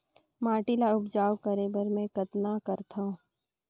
माटी ल उपजाऊ करे बर मै कतना करथव?